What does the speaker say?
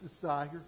desire